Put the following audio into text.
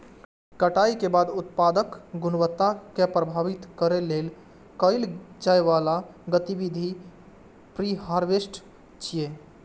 कटाइ के बाद उत्पादक गुणवत्ता कें प्रभावित करै लेल कैल जाइ बला गतिविधि प्रीहार्वेस्ट छियै